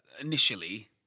initially